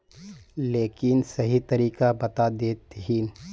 लेकिन सही तरीका बता देतहिन?